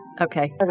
Okay